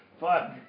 Fuck